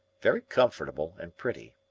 very comfortable and pretty.